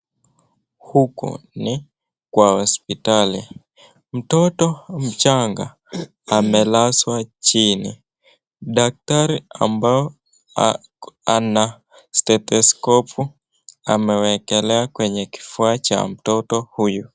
Huku ni kwa hospitali mtoto mchanga amelazwa chini daktari ambaye ana stethoskopu amewekelea kwenye kifua ya mtoto huyu.